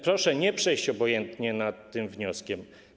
Proszę nie przejść obojętnie nad tym wnioskiem.